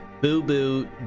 boo-boo